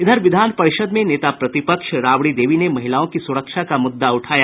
इधर विधान परिषद् में नेता प्रतिपक्ष राबड़ी देवी ने महिलाओं की सुरक्षा का मुद्दा उठाया